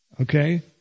okay